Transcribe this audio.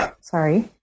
sorry